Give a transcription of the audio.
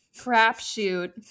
crapshoot